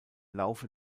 laufe